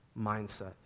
mindset